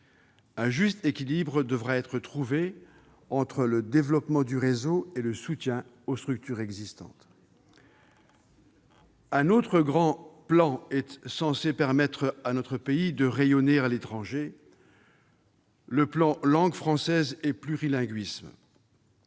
Un juste équilibre devra être trouvé entre le développement du réseau et le soutien aux structures existantes. Un autre grand plan est censé permettre à notre pays de rayonner à l'étranger, le plan Langue française et plurilinguisme.